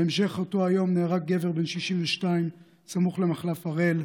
בהמשך אותו היום נהרג גבר בן 62 סמוך למחלף הראל.